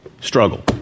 struggle